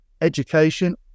education